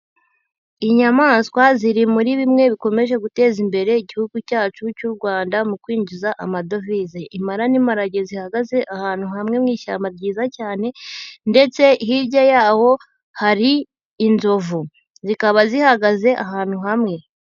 Inyamaswa ziri muri bimwe bikomeje guteza imbere igihugu cyacu cy'u Rwanda mu kwinjiza amadovize. Impara n'imparage zihagaze ahantu hamwe mu ishyamba ryiza cyane ndetse hirya yaho hari inzovu, zikaba zihagaze ahantu hamwe.